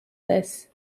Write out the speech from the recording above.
this